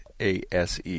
ASE